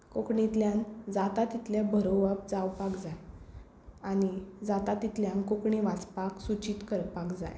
कोंकणींतल्यान जाता तितलें बरोवप जावपाक जाय आनी जाता तितल्यांक कोंकणी वाचपाक सुचीत करपाक जाय